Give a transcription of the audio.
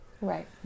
right